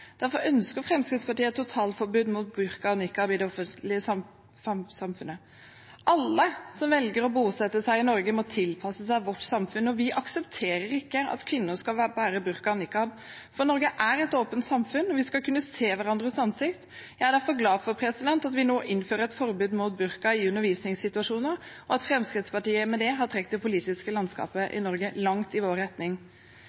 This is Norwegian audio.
Derfor ønsker Fremskrittspartiet et totalforbud mot burka og nikab i det offentlige rom. Alle som velger å bosette seg i Norge, må tilpasse seg vårt samfunn. Vi aksepterer ikke at kvinner skal bære burka og nikab, for Norge er et åpent samfunn, og vi skal kunne se hverandres ansikt. Jeg er derfor glad for at vi nå innfører et forbud mot burka i undervisningssituasjoner, og at Fremskrittspartiet med det har trukket det politiske landskapet